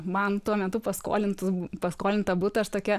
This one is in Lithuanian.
man tuo metu paskolintas paskolintą butą aš tokia